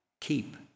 keep